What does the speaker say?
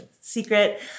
secret